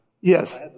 Yes